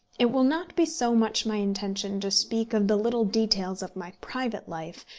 it will not be so much my intention to speak of the little details of my private life,